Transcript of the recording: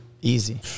Easy